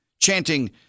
chanting